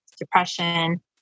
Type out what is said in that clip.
depression